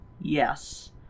yes